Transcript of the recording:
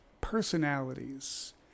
personalities